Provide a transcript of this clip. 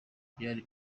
hari